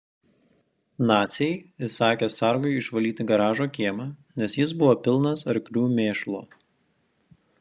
naciai įsakė sargui išvalyti garažo kiemą nes jis buvo pilnas arklių mėšlo